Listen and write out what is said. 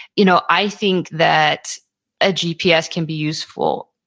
you know i think that a gps can be useful,